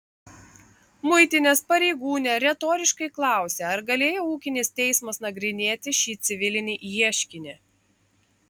muitinės pareigūnė retoriškai klausia ar galėjo ūkinis teismas nagrinėti šį civilinį ieškinį